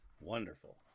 wonderful